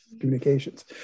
communications